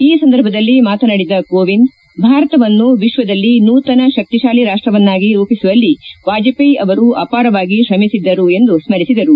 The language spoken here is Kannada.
ಈ ಸಂದರ್ಭದಲ್ಲಿ ಮಾತನಾಡಿದ ಕೋವಿಂದ್ ಭಾರತವನ್ನು ವಿಶ್ವದಲ್ಲಿ ನೂತನ ಶಕ್ತಿಶಾಲಿ ರಾಷ್ಲವನ್ನಾಗಿ ರೂಪಿಸುವಲ್ಲಿ ವಾಜಪೇಯಿ ಅವರು ಅಪಾರವಾಗಿ ತ್ರಮಿಸಿದ್ದರು ಎಂದು ಸ್ತರಿಸಿದರು